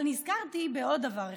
אבל נזכרתי בעוד דבר אחד: